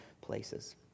places